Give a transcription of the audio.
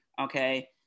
Okay